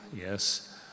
yes